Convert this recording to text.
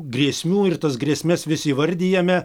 grėsmių ir tas grėsmes vis įvardijame